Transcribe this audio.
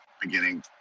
beginning